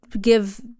Give